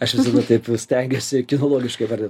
aš visada taip stengiuosi kinologiškai įvardin